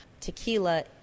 tequila